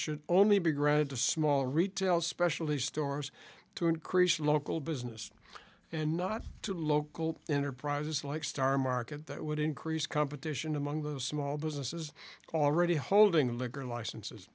should only be granted to small retail specialty stores to increase local business and not to local enterprises like star market that would increase competition among the small businesses already holding the liquor licenses